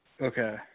Okay